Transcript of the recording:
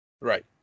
Right